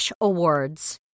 awards